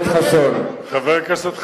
חבר הכנסת חסון,